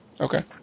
Okay